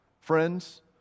friends